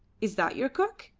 is that your cook?